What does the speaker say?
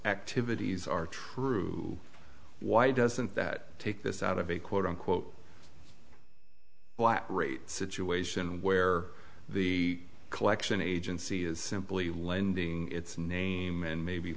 activities are true why doesn't that take this out of a quote unquote why operate situation where the collection agency is simply lending its name and maybe